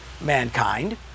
mankind